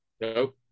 No